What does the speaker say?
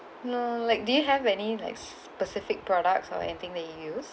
no like do you have any like s~ specific products or anything that you use